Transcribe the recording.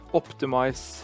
optimize